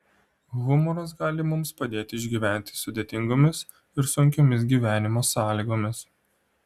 humoras gali mums padėti išgyventi sudėtingomis ir sunkiomis gyvenimo sąlygomis